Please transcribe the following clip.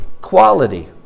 quality